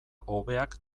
hobeak